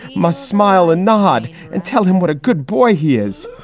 must smile and nod and tell him what a good boy he is.